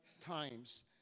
times